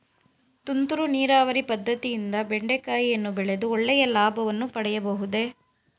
ತುಂತುರು ನೀರಾವರಿ ಪದ್ದತಿಯಿಂದ ಬೆಂಡೆಕಾಯಿಯನ್ನು ಬೆಳೆದು ಒಳ್ಳೆಯ ಲಾಭವನ್ನು ಪಡೆಯಬಹುದೇ?